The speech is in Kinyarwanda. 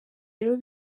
rero